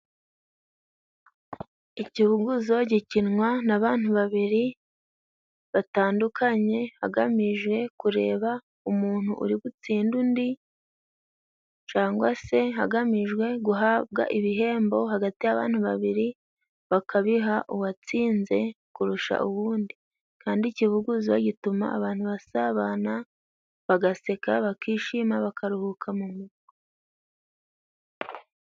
Ikibuguzo gikinwa n'abantu babiri batandukanye, agamije kureba umuntu uri butsinde undi, cangwa se hagamijwe guhabwa ibihembo hagati y'abantu babiri. Bakabiha uwatsinze kurusha uwundi kandi ikibuguzo gituma abantu basabana, bagaseka, bakishima bakaruhuka mu mutwe.